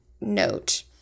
note